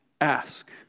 Ask